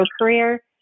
career